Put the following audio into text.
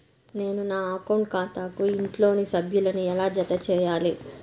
నేను నా అకౌంట్ ఖాతాకు ఇంట్లోని సభ్యులను ఎలా జతచేయాలి?